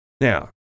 Now